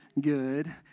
good